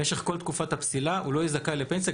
במשך כל תקופת הפסילה הוא לא יהיה זכאי לפנסיה,